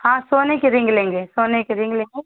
हाँ सोने की रिंग लेंगे सोने की रिंग लेंगे